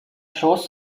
schoß